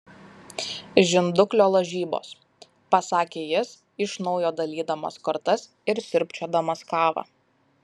žinduklio lažybos pasakė jis iš naujo dalydamas kortas ir sriubčiodamas kavą